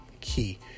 key